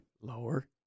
Lower